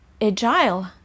agile